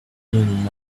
doing